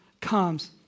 comes